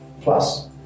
plus